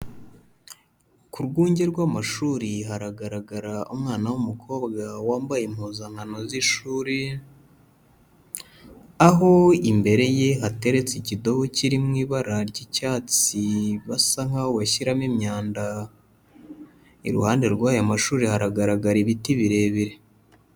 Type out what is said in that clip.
Ku rwunge rw'amashuri haragaragara umwana w'umukobwa wambaye impuzankano z'ishuri, aho imbere ye hateretse ikidobo kiri mu ibara ry'icyatsi basa nkaho bashyiramo imyanda, iruhande rw'ayo mashuri haragaragara ibiti birebire.